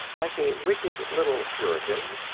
like a wicked little puritan,